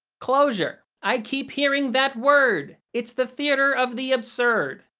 closure. i keep hearing that word. it's the theater of the absurd.